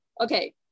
okay